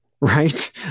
Right